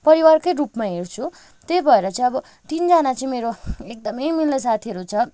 परिवारकै रूपमा हेर्छु त्यही भएर चाहिँ अब तिनजना चाहिँ मेरो एकदमै मिल्ने साथीहरू छ